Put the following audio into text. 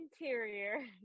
interior